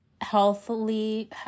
healthily